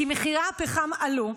כי מחירי הפחם עלו,